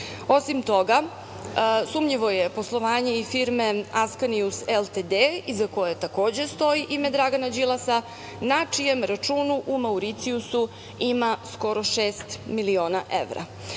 toga, sumnjivo je poslovanje i firme Askanius ltd, iza koje takođe stoji ime Dragana Đilasa, na čijem računu na Mauricijusu ima skoro šest miliona evra.